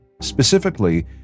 specifically